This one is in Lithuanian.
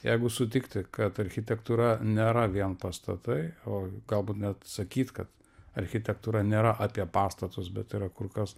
jeigu sutikti kad architektūra nėra vien pastatai o galbūt net sakyt kad architektūra nėra apie pastatus bet yra kur kas